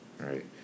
right